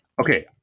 Okay